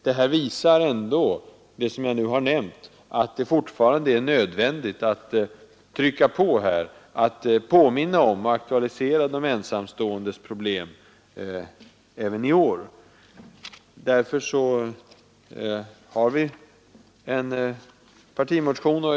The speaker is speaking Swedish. Det jag nu har nämnt visar att det fortfarande är nödvändigt att trycka på, att påminna om och aktualisera de ensamståendes problem. Därför har vi även i år väckt en partimotion.